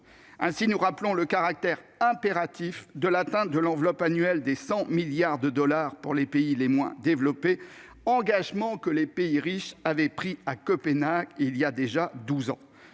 Ainsi, nous rappelons le caractère impératif de l'atteinte de l'enveloppe annuelle de 100 milliards de dollars pour les pays les moins développés, engagement que les pays riches avaient pris à Copenhague, il y a déjà douze ans.